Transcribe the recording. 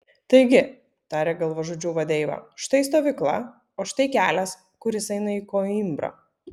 taigi tarė galvažudžių vadeiva štai stovykla o štai kelias kuris eina į koimbrą